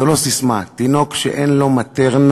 זאת לא ססמה: תינוק שאין לו "מטרנה",